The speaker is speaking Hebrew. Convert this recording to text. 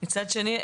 מצד שני,